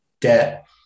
debt